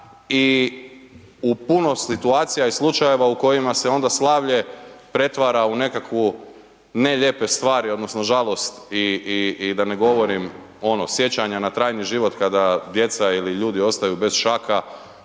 i u puno situacija i slučajeva u kojima se onda slavlje pretvara u nekakvu ne lijepe stvari odnosno žalosti i da ne govorim ono sjećanja na trajni život kada djeca ili ljudi ostaju bez šaka